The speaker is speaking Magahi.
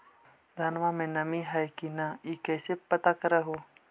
धनमा मे नमी है की न ई कैसे पात्र कर हू?